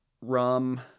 rum